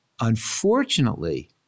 unfortunately